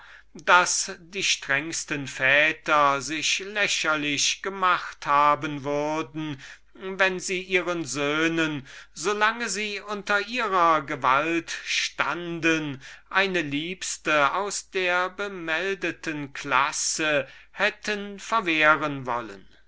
daß die strengesten väter sich lächerlich gemacht haben würden wenn sie ihren söhnen so lange sie unter ihrer gewalt stunden eine liebste aus der bemeldten klasse hätten verwehren wollen